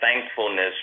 thankfulness